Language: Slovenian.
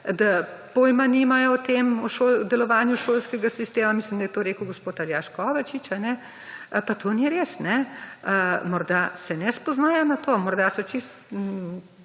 da pojma nimajo o tem, o delovanju šolskega sistema. Mislim, da je to rekel gospod Aljaž Kovačič. Pa to ni res. Morda se ne spoznajo na to, morda so čisto,